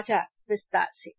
सुरक्षा सलाहकार बैठक